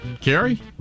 Carrie